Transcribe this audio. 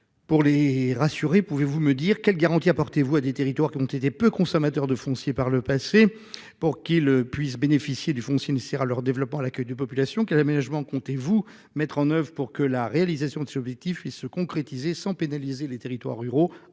ruraux, pouvez-vous m'indiquer les garanties que vous comptez apporter à des territoires peu consommateurs de foncier par le passé afin qu'ils puissent bénéficier du foncier nécessaire à leur développement et à l'accueil de populations ? Quels aménagements entendez-vous mettre en oeuvre pour que la réalisation de cet objectif puisse se concrétiser sans pénaliser les territoires ruraux ?